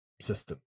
System